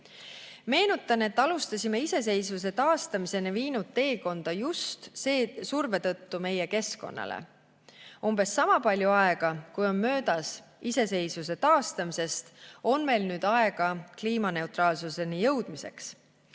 Meenutan, et alustasime iseseisvuse taastamiseni viinud teekonda just surve tõttu meie keskkonnale. Umbes sama palju aega, kui on möödas iseseisvuse taastamisest, on meil nüüd aega kliimaneutraalsuseni jõudmiseks.